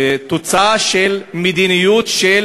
תוצאה של מדיניות של